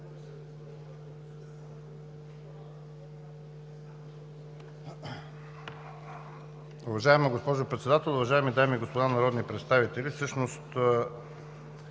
Уважаема госпожо Председател, уважаеми дами и господа народни представители! Всъщност